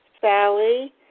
Sally